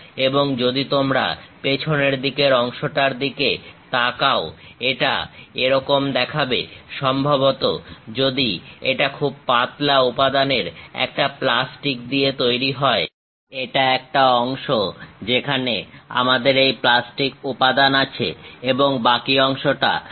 এবং যদি তোমারা পেছনের দিকের অংশটা দিকে তাকাও এটা এরকম দেখাবে সম্ভবত যদি এটা খুব পাতলা উপাদানের একটা প্লাস্টিক দিয়ে তৈরি হয় এটা একটা অংশ যেখানে আমাদের এই প্লাস্টিক উপাদান আছে এবং বাকি অংশটা ফাঁকা